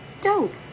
dope